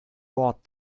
thought